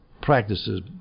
practices